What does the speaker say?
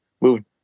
move